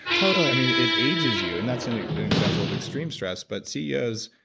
totally i mean it ages you, and that's an example of extreme stress. but ceos,